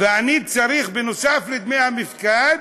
יש פריימריז בליכוד,